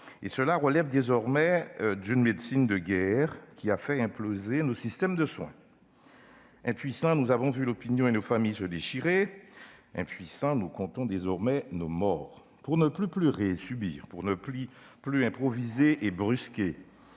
relève désormais d'une médecine de guerre, la pandémie ayant fait imploser nos systèmes de soins. Impuissants, nous avons vu l'opinion et nos familles se déchirer ; impuissants, nous comptons désormais nos morts. Pour ne plus pleurer et subir, pour ne plus improviser et brusquer,